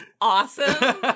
awesome